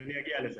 אני אגיע לזה.